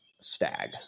stag